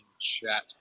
chat